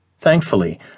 Thankfully